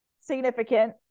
significant